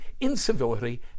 incivility